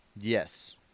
Yes